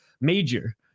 major